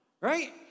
right